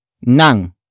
nang